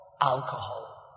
alcohol